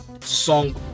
Song